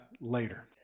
later